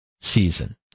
season